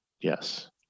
yes